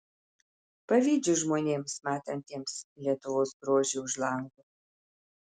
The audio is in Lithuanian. pavydžiu žmonėms matantiems lietuvos grožį už lango